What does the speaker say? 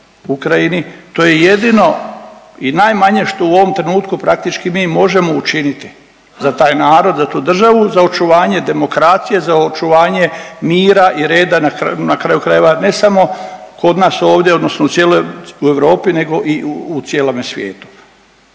to je jedino i najmanje što u ovom trenutku praktički mi možemo učiniti za taj narod, za tu državu, za očuvanje demokracije, za očuvanje mira i reda, na kraju krajeva, ne samo kod nas ovdje odnosno u cijeloj Europi nego i u cijelome svijetu